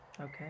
okay